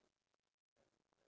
ya